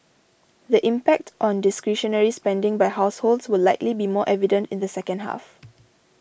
the impact on discretionary spending by households will likely be more evident in the second half